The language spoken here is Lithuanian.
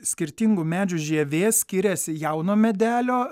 skirtingų medžių žievė skiriasi jauno medelio